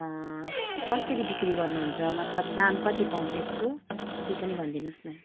कसरी बिक्री गर्नुहुन्छ मतलब दाम कति पाउँछ यसको त्यो पनि भनिदिनु होस् न